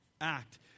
act